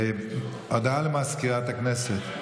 הודעה לסגנית מזכיר הכנסת.